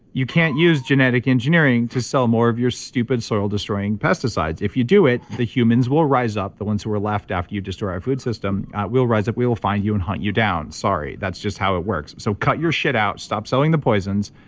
you can't use genetic engineering to sell more of your stupid soil destroying pesticides. if you do it, the humans will rise up. the ones who are left after you destroy our food system will rise up. we will find you and hunt you down sorry, that's just how it works. so cut your shit out. stop selling the poisons,